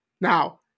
Now